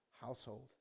household